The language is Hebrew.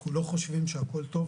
אנחנו לא חושבים שהכול טוב,